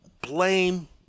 blame